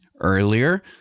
earlier